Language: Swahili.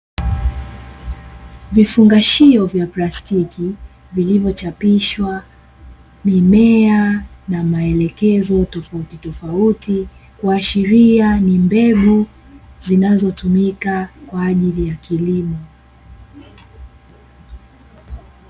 Vifungashio vya plastiki vilivyochapishwa mimea na maelekezo tofauti tofauti, kuashiria ni mbegu zinazotumika kwa ajili ya kilimo.